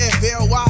F-L-Y